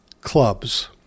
clubs